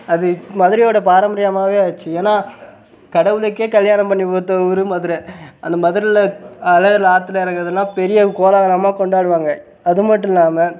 அது மதுரையோடய பாரம்பரியமாகவே ஆச்சு ஏன்னால் கடவுளுக்கே கல்யாணம் பண்ணி பார்த்த ஊர் மதுரை அந்த மதுரையில் அழகரு ஆற்ருல இறங்குறதுலாம் பெரிய கோலாகலமாக கொண்டாடுவாங்க அது மட்டும் இல்லாமல்